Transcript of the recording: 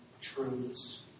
truths